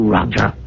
Roger